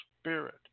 spirit